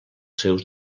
seus